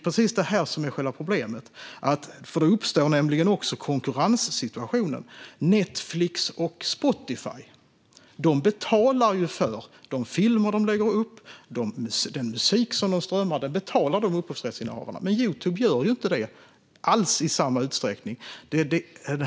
Problemet är också att det uppstår konkurrenssituationer. Netflix och Spotify betalar upphovsrättsinnehavarna för de bilder de lägger ut och den musik som de strömmar, men det gör inte Youtube alls i samma utsträckning.